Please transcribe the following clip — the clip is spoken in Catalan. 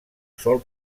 sol